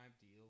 deal